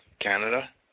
Canada